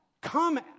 come